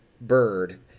bird